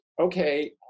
okay